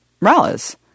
Morales